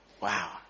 Wow